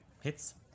hits